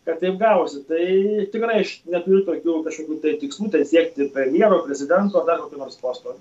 kad taip gavosi tai tikrai aš neturiu tokių kažkokių tai tikslų siekti premjero prezidentoar dar kokio nors posto